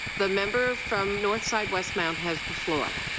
the member from northside-west mount has the floor.